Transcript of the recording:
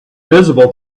visible